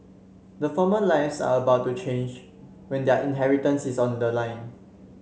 the former lives are about to change when their inheritance is on the line